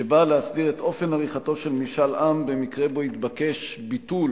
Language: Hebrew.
שבאה להסדיר את אופן עריכתו של משאל עם במקרה שבו יתבקש ביטול